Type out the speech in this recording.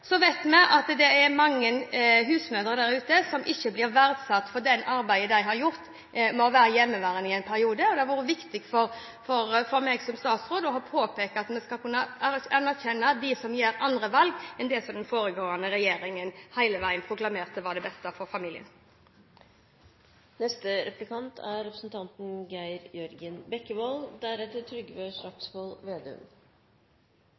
Så vet vi at det er mange husmødre der ute som ikke blir verdsatt for det arbeidet de har gjort med å være hjemmeværende i en periode, og det har vært viktig for meg som statsråd å påpeke at vi skal anerkjenne dem som gjør andre valg enn det som den foregående regjeringen hele veien proklamerte var det beste for familien.